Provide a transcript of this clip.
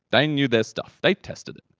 they knew their stuff. they'd tested it.